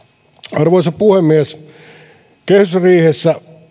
arvoisa puhemies kehysriihessä